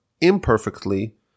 imperfectly